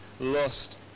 lost